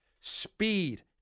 Speed